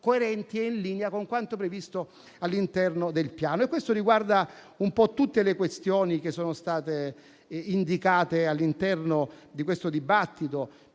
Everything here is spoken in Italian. coerenti e in linea con quanto previsto all'interno del Piano. Questo riguarda tutte le questioni che sono state indicate all'interno del dibattito.